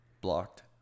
blocked